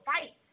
fight